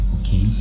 okay